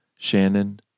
Shannon